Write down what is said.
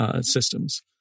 Systems